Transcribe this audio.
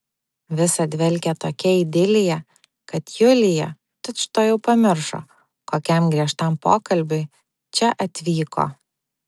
visa dvelkė tokia idilija kad julija tučtuojau pamiršo kokiam griežtam pokalbiui čia atvyko